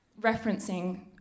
referencing